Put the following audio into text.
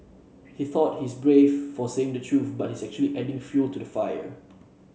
he thought he's brave for saying the truth but he's actually just adding fuel to the fire